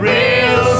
Real